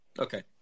okay